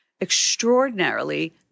extraordinarily